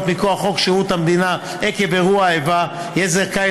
מכוח שירות המדינה עקב אירוע איבה יהיה זכאי